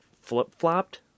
flip-flopped